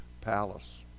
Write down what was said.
palace